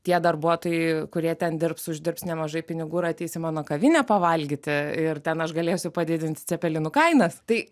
tie darbuotojai kurie ten dirbs uždirbs nemažai pinigų ir ateis į mano kavinę pavalgyti ir ten aš galėsiu padidinti cepelinų kainas tai